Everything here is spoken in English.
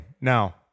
now